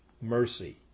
mercy